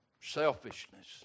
Selfishness